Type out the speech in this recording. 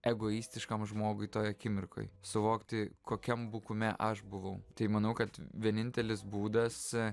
egoistiškam žmogui toj akimirkoj suvokti kokiam bukume aš buvau tai manau kad vienintelis būdas